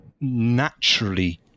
naturally